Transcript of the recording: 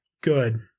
Good